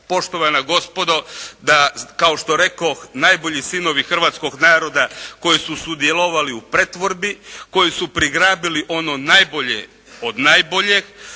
poštovana gospodo, da kao što rekoh najbolji sinovi hrvatskog naroda koji su sudjelovali u pretvorbi, koji su prigrabili ono najbolje od najboljeg